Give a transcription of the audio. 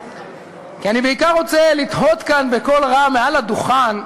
כי אני בעיקר רוצה לתהות כאן מעל הדוכן בקול רם,